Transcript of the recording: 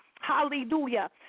Hallelujah